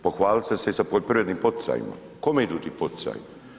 Pohvalili ste se i sa poljoprivrednim poticajima, kome idu ti poticaji?